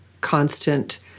constant